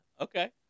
Okay